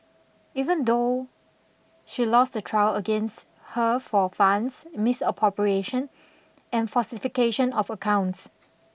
even though she lost the trial against her for funds misappropriation and falsification of accounts